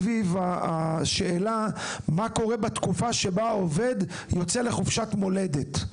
סביב השאלה מה קורה בתקופה שבה העובד יוצא לחופשת מולדת.